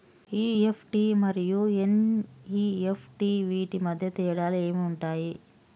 EFT మరియు NEFT వీటి మధ్య తేడాలు ఏమి ఉంటాయి?